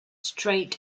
straight